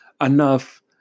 enough